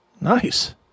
Nice